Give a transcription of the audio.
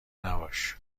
نباش